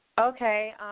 Okay